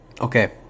Okay